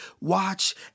watch